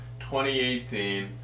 2018